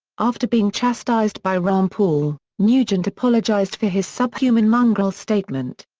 after being chastised by rand paul, nugent apologized for his subhuman mongrel statement.